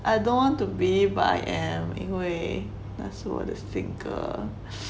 I don't want to be but I am 因为那时我的性格